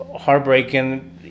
heartbreaking